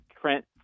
Trent